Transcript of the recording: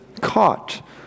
caught